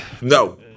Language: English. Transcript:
No